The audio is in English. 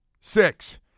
six